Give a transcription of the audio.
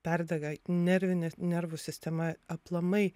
perdega nervine nervų sistema aplamai